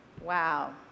Wow